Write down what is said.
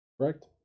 Correct